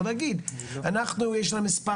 אולי אנחנו עשינו משהו